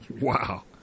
Wow